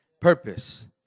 Purpose